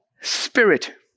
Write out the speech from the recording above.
spirit